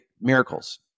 miracles